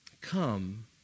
come